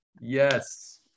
Yes